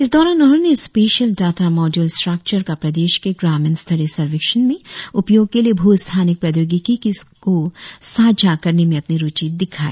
इस दौरान उन्होंने स्पेशियल डाटा मोडूल स्ट्राक्चर का प्रदेश के ग्रामीण स्तरीय सर्वेक्षण में उपयोग के लिए भू स्थानिक प्रौद्योगिकी को साझा करने में अपनी रुचि दिखाई